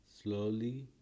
slowly